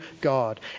God